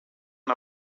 and